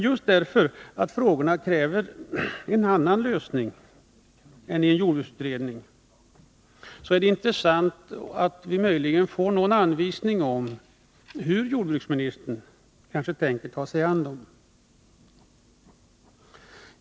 Just därför att frågorna kräver en annan lösning än den som kan åstadkommas i en jordbruksutredning vore det intressant att få en anvisning om hur jordbruksministern tänker ta sig an dem.